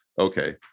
okay